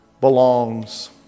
belongs